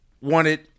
wanted